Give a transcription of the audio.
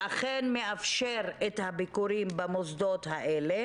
ואכן, מאפשר את הביקורים במוסדות האלה?